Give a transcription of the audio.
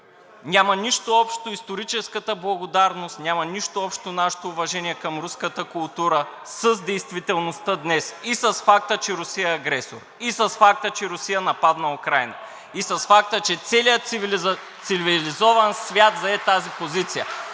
Няма нищо общо историческата благодарност, няма нищо общо нашето уважение към руската култура с действителността днес и с факта, че Русия е агресор, и с факта, че Русия нападна Украйна. (Шум и реплики от ВЪЗРАЖДАНЕ и